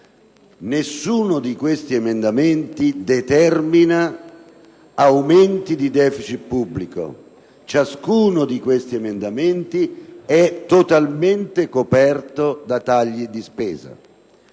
nessuno di questi emendamenti determina aumenti di deficit pubblico, in quanto ciascuno di essi è totalmente coperto da tagli di spesa.